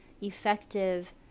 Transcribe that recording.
effective